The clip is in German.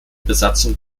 besatzung